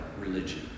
religion